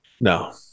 No